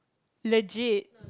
legit